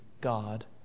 God